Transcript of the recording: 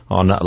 on